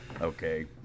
okay